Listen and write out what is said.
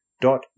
dot